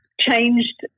changed